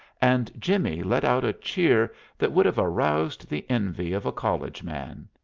and jimmie let out a cheer that would have aroused the envy of a college man.